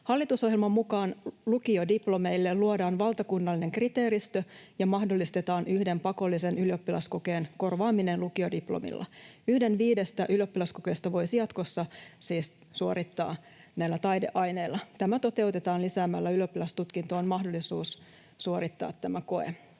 Hallitusohjelman mukaan lukiodiplomeille luodaan valtakunnallinen kriteeristö ja mahdollistetaan yhden pakollisen ylioppilaskokeen korvaaminen lukiodiplomilla. Yhden viidestä ylioppilaskokeesta voisi jatkossa siis suorittaa näillä taideaineilla. Tämä toteutetaan lisäämällä ylioppilastutkintoon mahdollisuus suorittaa tämä koe.